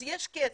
אז יש כסף.